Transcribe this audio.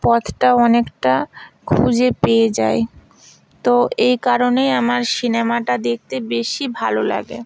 পথটাও অনেকটা খুঁজে পেয়ে যায় তো এই কারণেই আমার সিনেমাটা দেখতে বেশি ভালো লাগে